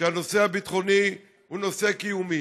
שהנושא הביטחוני בה הוא נושא קיומי.